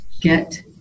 get